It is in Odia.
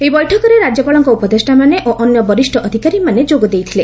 ଏହି ବୈଠକରେ ରାଜ୍ୟପାଳଙ୍କ ଉପଦେଷ୍ଟାମାନେ ଓ ଅନ୍ୟ ବରିଷ୍ଣ ଅଧିକାରୀମାନେ ଯୋଗ ଦେଇଥିଲେ